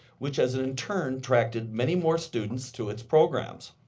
which has in turn attracted many more students to its programs.